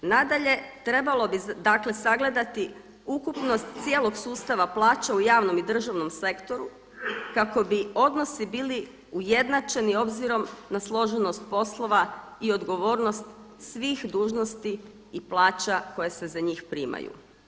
Nadalje, trebalo bi dakle sagledati ukupnost cijelog sustava plaća u javnom i državnom sektoru kako bi odnosi bili ujednačeni obzirom na složenost poslova i odgovornost svih dužnosti i plaća koje se za njih primaju.